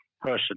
person